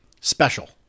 special